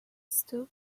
stooped